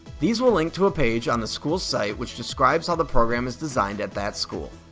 these will link to a page on the school's site which describes how the program is designed at that school.